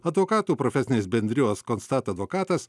advokatų profesinės bendrijos konstat advokatas